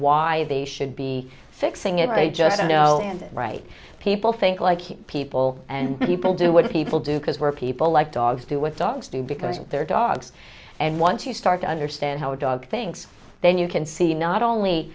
why they should be fixing it they just don't know and right people think like people and people do what people do because we're people like dogs do with dogs do because they're dogs and once you start to understand how a dog thinks then you can see not only